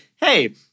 hey